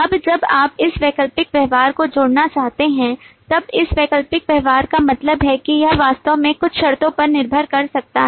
अब जब आप इस वैकल्पिक व्यवहार को जोड़ना चाहते हैं अब इस वैकल्पिक व्यवहार का मतलब है कि यह वास्तव में कुछ शर्तों पर निर्भर कर सकता है